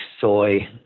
soy